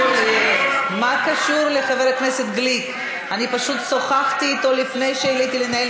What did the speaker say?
אני פשוט שוחחתי אתו לפני שעליתי לנהל